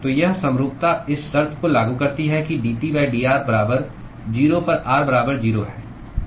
तो यह समरूपता इस शर्त को लागू करती है कि dT dr बराबर 0 पर r बराबर 0 है ठीक है